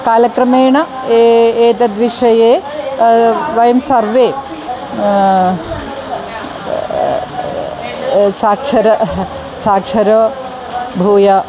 कालक्रमेण ए एतद्विषये वयं सर्वे साक्षर साक्षराः भूय